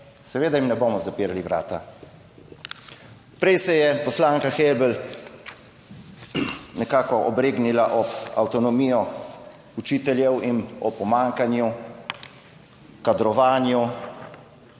seveda jim ne bomo zapirali vrat. Prej se je poslanka Helbl nekako obregnila ob avtonomijo učiteljev in ob pomanjkanje kadrovanja.